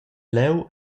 leu